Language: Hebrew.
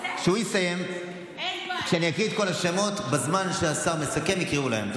כשאקריא את כל השמות, בזמן שהשר מסכם יקראו להם.